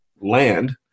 land